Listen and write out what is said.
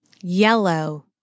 yellow